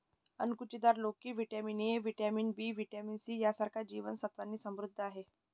अणकुचीदार लोकी vitamin A, vitamin B, vitamin C यांसारख्या जीवन सत्त्वांनी समृद्ध आहे